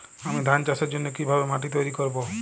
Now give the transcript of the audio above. আমি ধান চাষের জন্য কি ভাবে মাটি তৈরী করব?